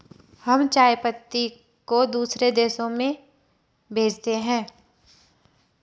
हम चाय पत्ती को दूसरे देशों में भेजते हैं